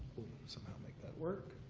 somehow make that work,